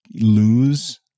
lose